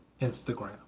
Instagram